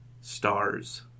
stars